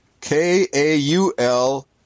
K-A-U-L